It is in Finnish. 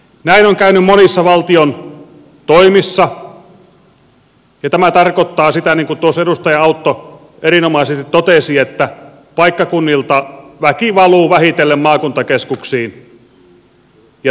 näin on käynyt monissa valtion toimissa ja tämä tarkoittaa sitä niin kuin tuossa edustaja autto erinomaisesti totesi että paikkakunnilta väki valuu vähitellen maakuntakeskuksiin ja tänne etelään